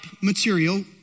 material